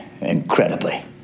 incredibly